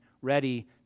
ready